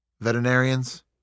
Veterinarians